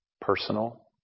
Personal